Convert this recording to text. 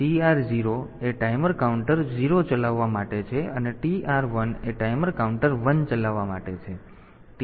તેથી TR 0 એ timer counter 0 ચલાવવા માટે છે અને TR 1 એ ટાઈમર કાઉન્ટર 1 ચલાવવા માટે છે